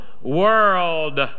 world